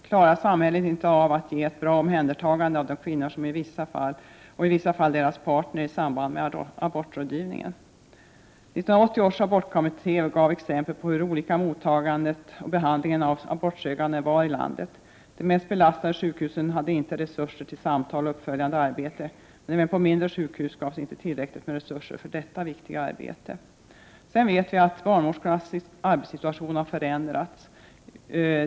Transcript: Klarar samhället inte av att ge dessa kvinnor, och i vissa fall deras partner, ett bra omhändertagande i samband med abortrådgivningen? 1980 års abortkommitté gav exempel på hur olika mottagandet och behandlingen av abortsökande var i vårt land. De mest belastade sjukhusen hade inte resurser till samtal och uppföljande arbete, men även på mindre sjukhus gavs inte tillräckliga resurser för detta viktiga arbete. Vi vet att barnmorskornas arbetssituation sedan dess har förändrats.